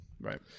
right